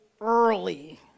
early